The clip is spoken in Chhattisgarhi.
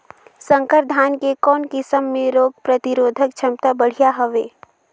संकर धान के कौन किसम मे रोग प्रतिरोधक क्षमता बढ़िया हवे?